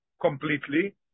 completely